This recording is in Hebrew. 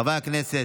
חברי הכנסת,